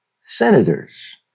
senators